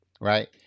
right